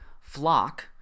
flock